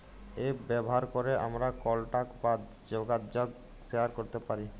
app ব্যাভার ক্যরে আমরা কলটাক বা জ্যগাজগ শেয়ার ক্যরতে পারি